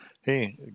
hey